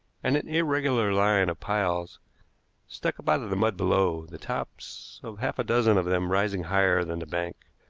and an irregular line of piles stuck up out of the mud below, the tops of half a dozen of them rising higher than the bank.